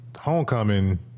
Homecoming